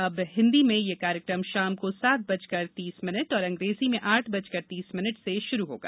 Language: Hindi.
अब हिन्दी में ये कार्यक्रम शाम को सात बजकर तीस मिनट और अंग्रेजी में आठ बजकर तीस मिनट से शुरू होगा